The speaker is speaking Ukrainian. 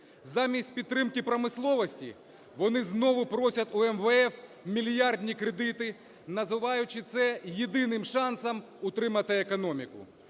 Замість підтримки промисловості вони знову просять у МВФ мільярдні кредити, називаючи це єдиним шансом утримати економіку.